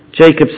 Jacob